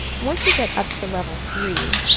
once you get up to level three,